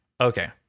okay